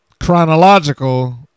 chronological